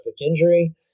injury